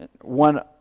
One